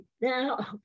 Now